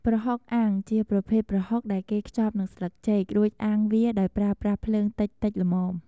ប្រហុកអាំង ជាប្រភេទប្រហុកដែលគេខ្ចប់នឹងស្លឹកចេក រួចអាំងវាដោយប្រើប្រាស់ភ្លើងតិចៗល្មម។